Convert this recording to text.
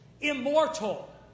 Immortal